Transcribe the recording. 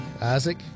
Isaac